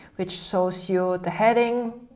which shows you the heading,